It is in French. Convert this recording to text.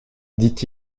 dit